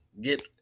get